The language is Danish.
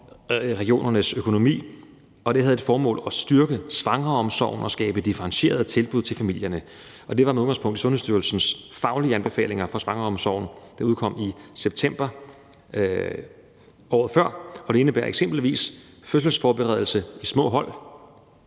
regionernes økonomi. Det havde til formål at styrke svangreomsorgen og skabe differentierede tilbud til familierne. Det var med udgangspunkt i Sundhedsstyrelsens faglige anbefalinger til svangreomsorgen, der udkom i september året før. Det indebærer eksempelvis fødselsforberedelse i små hold,